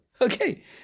Okay